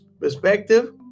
perspective